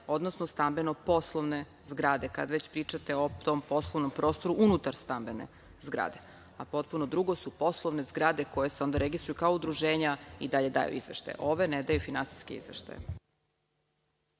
odnosno stambeno-poslovne zgrade, kada već pričate o tom poslovnom prostoru unutar stambene zgrade, a potpuno drugo su poslovne zgrade koje se onda registruju kao udruženja i dalje daju izveštaje. Ove ne daju finansijske izveštaje.